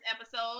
episode